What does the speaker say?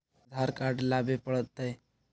आधार card लाबे पड़तै?